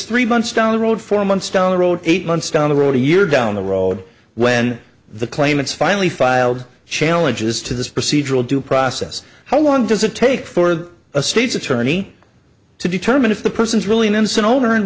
three months down the road four months down the road eight months down the road a year down the road when the claimants finally filed challenges to this procedural due process how long does it take for a state's attorney to determine if the person is really an instant owner and